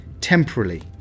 temporarily